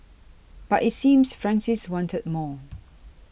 but it seems Francis wanted more